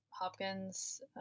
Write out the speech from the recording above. hopkins